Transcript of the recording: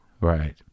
Right